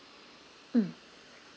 mm